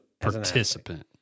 participant